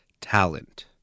talent